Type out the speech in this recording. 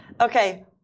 Okay